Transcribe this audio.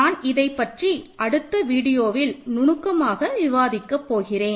நான் இதைப் பற்றி அடுத்த வீடியோவில் நுணுக்கமாக விவாதிக்க போகிறேன்